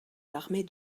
l’armée